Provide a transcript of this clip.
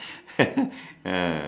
ah